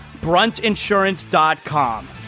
Bruntinsurance.com